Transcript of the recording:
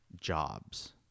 jobs